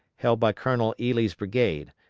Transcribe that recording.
held by colonel ely's brigade,